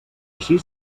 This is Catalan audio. així